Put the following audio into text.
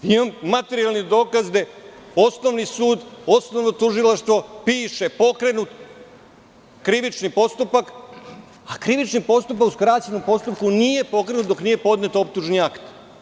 Imam materijalne dokaze, osnovni sud, osnovno tužilaštvo piše – pokrenut krivični postupak, a krivični postupak u skraćenom postupku nije pokrenut dok nije podnet optužni akt.